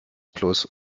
plus